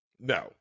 No